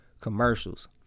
commercials